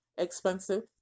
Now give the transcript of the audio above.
expensive